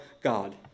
God